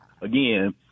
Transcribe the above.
again